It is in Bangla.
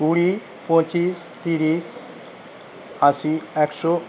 কুড়ি পঁচিশ তিরিশ আশি একশো